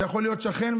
זה יכול להיות שכן,